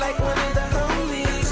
like the